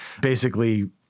basically-